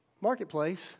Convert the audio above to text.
Marketplace